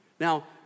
now